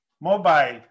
mobile